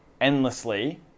endlessly